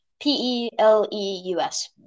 P-E-L-E-U-S